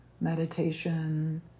Meditation